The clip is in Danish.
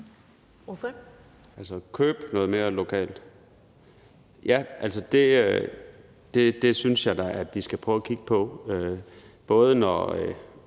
købe noget mere lokalt synes jeg da at vi skal prøve at kigge på,